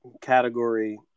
category